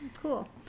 Cool